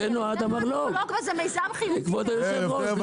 המרלו"ג הוא מיזם חיובי --- כבוד היושב-ראש,